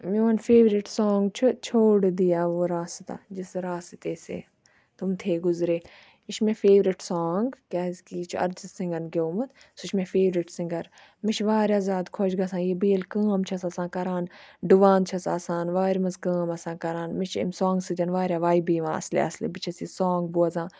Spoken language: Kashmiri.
میون فیورِٹ سانٛگ چھُ چھوڑ دیا وہ راستہ جِس راستے سے تُم تھے گُزرے یہِ چھِ مےٚ فیورِٹ سانٛگ کیٛازِکہِ یہِ چھِ اَرجیٖت سِنٛگھَن گیوٚمُت سُہ چھُ مےٚ فیورِٹ سِنٛگھَر مےٚ چھِ واریاہ زیادٕ خۄش گژھان یہِ بہٕ ییٚلہِ کٲم چھَس آسان کَران ڈُوان چھَس آسان وارِ منٛز کٲم آسان کَران مےٚ چھِ امہِ سانٛگہٕ سۭتۍ واریاہ وایبہٕ یِوان اَصلہِ اَصلہِ بہٕ چھَس یہِ سانٛگ بوزان